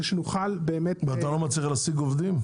שנוכל באמת אתה לא מצליח להשיג עובדים?